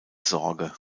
sorge